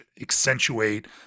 accentuate